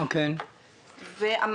ואף יזם פרטי לא